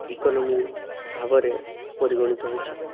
economy ଭାବରେ ପରିଗଣିତ ହୋଇଛି